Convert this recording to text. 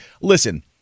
listen